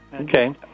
Okay